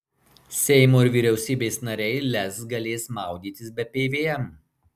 seimo ir vyriausybės nariai lez galės maudytis be pvm